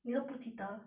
你都不记得